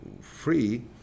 free